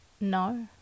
no